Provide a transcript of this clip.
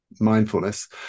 mindfulness